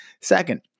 Second